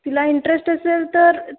तिला इंटरेस्ट असेल तर